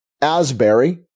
Asbury